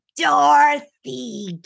Dorothy